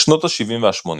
בשנות השבעים והשמונים,